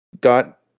got